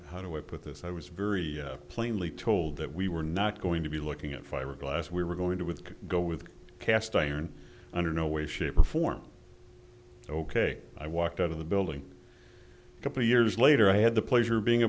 how do i put this i was very plainly told that we were not going to be looking at fiberglass we were going to with go with cast iron under no way shape or form ok i walked out of the building a couple of years later i had the pleasure of being